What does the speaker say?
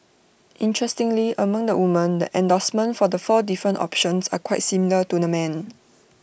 interestingly among the women the endorsement for the four different options are quite similar to the men